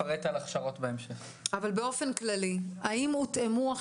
נקבע בחוק מנגנון שקובע שהמוסד לביטוח לאומי יצטרך לפנות לנשים זכאיות,